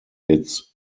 its